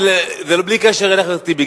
בלי קשר לחבר הכנסת טיבי.